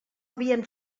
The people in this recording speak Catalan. havien